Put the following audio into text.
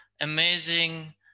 amazing